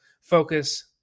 focus